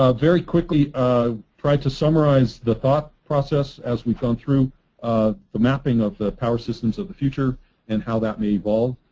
ah very quickly, i tried to summarize the thought process as we've gone through ah the mapping of the power systems of the future and how that may evolve.